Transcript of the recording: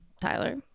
tyler